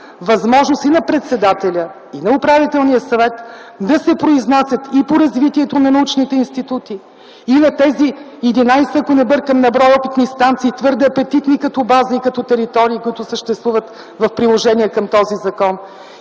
възможност и на председателя, и на управителния съвет да се произнасят и по развитието на научните институти, и на тези единадесет, ако не бъркам, на брой опитни станции, твърде апетитни като база и като територии, които съществуват в приложение към този закон,